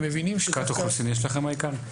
ערכת החוסן יש לכם העיקר?